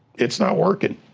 it's not working.